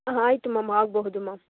ಆಯ್ತು ಮಾಮ್ ಆಗಬಹುದು ಮಾಮ್